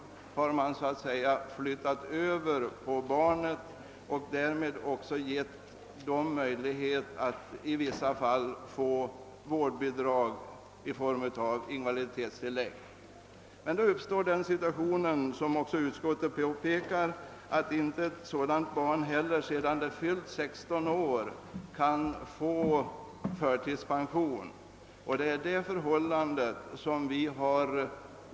Man har så att säga flyttat över dessa förmåner till barnet och därmed också öppnat en möjlighet för dessa barn att i vissa fall få vårdbidrag i form av invaliditetstillägg. Men då uppstår som också utskottet påpekat den situationen att ett sådant barn inte kan få förtidspension när det fyllt 16 år.